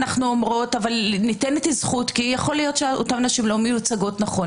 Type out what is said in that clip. אנו אומרים: ניתן זכות כי יכול להיות שאותן שלא מיוצגות נכון,